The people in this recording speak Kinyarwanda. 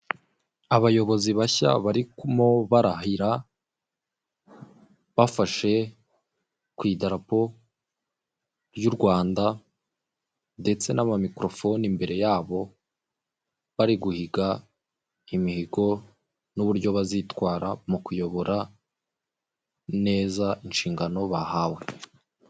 Abayobozi bashya barimo barahira bafashe ku idarapo ry'u Rwanda ndetse n'amamikorofone imbere yabo bari guhiga imihigo n'uburyo bazitwara mu kuyobora neza inshingano bahawe.